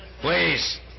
please